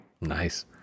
Nice